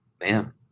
man